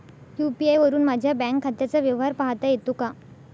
UPI वरुन माझ्या bank खात्याचा व्यवहार पाहता येतो का?